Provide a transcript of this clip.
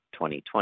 2020